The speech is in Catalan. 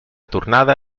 tornada